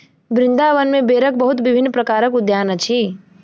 वृन्दावन में बेरक बहुत विभिन्न प्रकारक उद्यान अछि